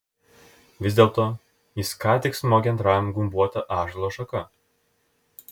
vis dėlto jis ką tik smogė antrajam gumbuota ąžuolo šaka